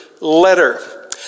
letter